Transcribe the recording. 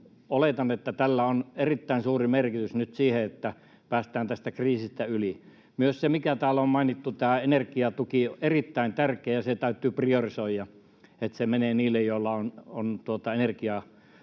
oletan, että tällä on erittäin suuri merkitys nyt sille, että päästään tästä kriisistä yli. Myös energiatuki, mikä täällä on mainittu, on erittäin tärkeä, ja se täytyy priorisoida niin, että se menee niille, joilla on